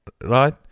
right